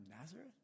Nazareth